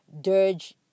dirge